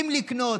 אם לקנות,